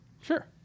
Sure